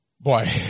Boy